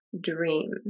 dream